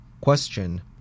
Question